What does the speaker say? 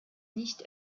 nicht